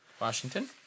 Washington